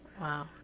Wow